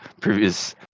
previous